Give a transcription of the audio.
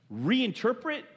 reinterpret